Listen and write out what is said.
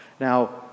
Now